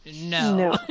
no